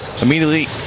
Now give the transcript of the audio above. Immediately